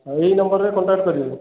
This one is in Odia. ହଉ ଏଇ ନମ୍ବରରେ କଣ୍ଟାକ୍ଟ କରିବେ